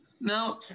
Now